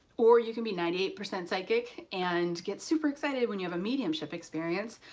or you can be ninety eight percent psychic and get super excited when you have a mediumship experience,